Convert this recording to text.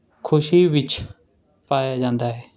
ਖੁਸ਼ੀ ਵਿੱਚ ਪਾਇਆ ਜਾਂਦਾ ਹੈ